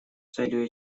целью